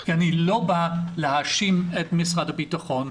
כי אני לא בא להאשים את משרד הביטחון,